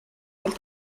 and